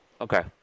Okay